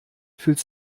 fühlt